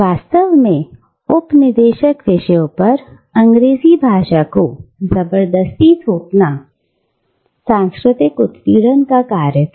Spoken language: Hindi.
वास्तव में उपनिदेशक विषयों पर अंग्रेजी भाषा को जबरदस्ती थोपना सांस्कृतिक उत्पीड़न का कार्य था